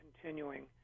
continuing